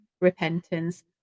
repentance